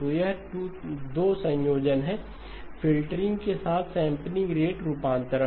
तो ये 2 संयोजन हैं फ़िल्टरिंग के साथ सैंपलिंग रेट रूपांतरण